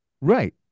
Right